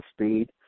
speed